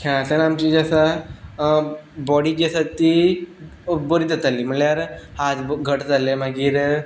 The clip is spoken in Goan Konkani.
खेळांतल्यान आमची जी आसा बॉडी जी आसा ती बरी जाताली म्हणल्यार हात घट जाल्ले मागीर